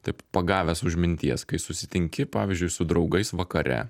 taip pagavęs už minties kai susitinki pavyzdžiui su draugais vakare